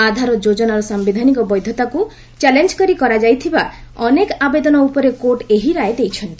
ଆଧାର ଯୋଜନାର ସାୟିଧାନିକ ବୈଧତାକୁ ଚ୍ୟାଲେଞ୍ଜ କରି କରାଯାଇଥିବା ଅନେକ ଆବେଦନ ଉପରେ କୋର୍ଟ ଏହି ରାୟ ଦେଇଛନ୍ତି